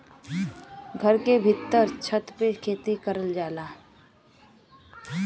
घर के भीत्तर छत पे खेती करल जाला